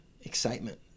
excitement